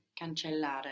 Cancellare